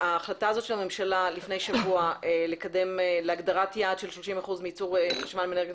החלטת הממשלה מלפני שבוע להגדרת יעד של 30% מייצור חשמל מאנרגיות